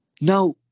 Now